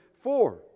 four